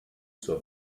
zur